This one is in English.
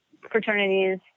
fraternities